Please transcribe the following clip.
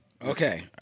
Okay